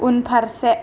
उनफारसे